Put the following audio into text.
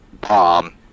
bomb